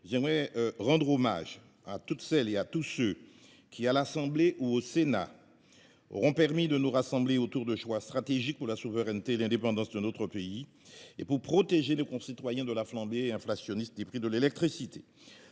je rends hommage à toutes celles et à tous ceux qui, à l’Assemblée nationale comme au Sénat, nous auront permis de nous rassembler autour de choix stratégiques pour assurer la souveraineté et l’indépendance de notre pays et pour protéger nos concitoyens de la flambée inflationniste des prix de l’électricité.